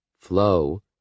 flow